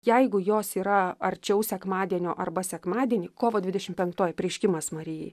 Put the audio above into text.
jeigu jos yra arčiau sekmadienio arba sekmadienį kovo dvidešim penktoji apreiškimas marijai